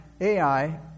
Ai